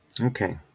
Okay